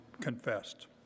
confessed